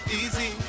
easy